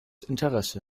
interesse